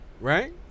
Right